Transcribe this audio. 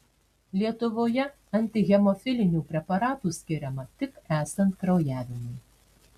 lietuvoje antihemofilinių preparatų skiriama tik esant kraujavimui